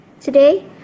today